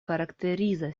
karakteriza